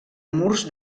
murs